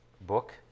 book